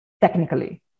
technically